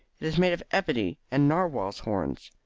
it is made of ebony and narwhals' horns.